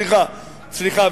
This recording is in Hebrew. סליחה, סליחה.